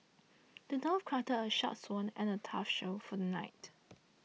the dwarf crafted a sharp sword and a tough shield for the knight